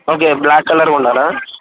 okay black కలర్గా ఉండాలా